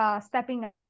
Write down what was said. Stepping